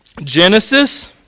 Genesis